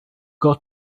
got